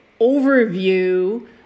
overview